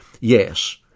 yes